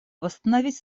восстановить